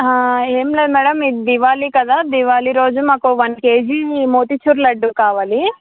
ఏం లేదు మేడం ఇది దివాళీ కదా దివాళీ రోజు మాకు వన్ కేజీ మోతిచూరు లడ్డు కావాలి